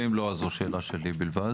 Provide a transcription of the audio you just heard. ואם לא אז זו שאלה שלי בלבד.